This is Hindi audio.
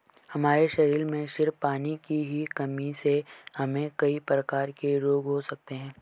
हमारे शरीर में सिर्फ पानी की ही कमी से हमे कई प्रकार के रोग हो सकते है